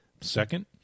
second